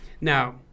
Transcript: Now